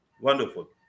Wonderful